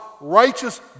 righteous